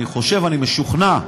אני חושב, אני משוכנע,